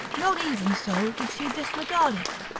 not even so did she disregard it.